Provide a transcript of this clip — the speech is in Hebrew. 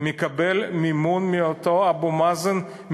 מקבל מימון מאותו אבו מאזן,